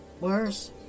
worse